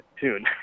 tune